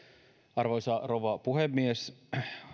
arvoisa rouva puhemies